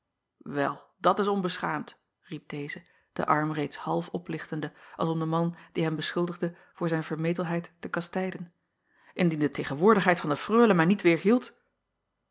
el dat is onbeschaamd riep deze den arm reeds half oplichtende als om den man die hem beschuldigde voor zijn vermetelheid te kastijden indien de tegenwoordigheid van de reule mij niet